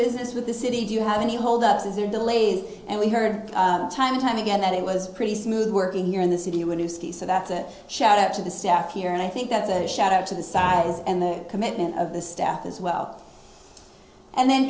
business with the city do you have any hold ups is there delays and we heard time and time again that it was pretty smooth working here in the city when you see so that's a shout out to the staff here and i think that's a shout out to the size and the commitment of the staff as well and then